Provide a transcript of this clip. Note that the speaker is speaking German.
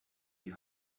die